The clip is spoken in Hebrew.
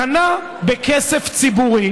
קנה בכסף ציבורי